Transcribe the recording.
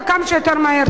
וכמה שיותר מהר.